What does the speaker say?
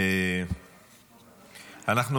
אדוני, תודה רבה.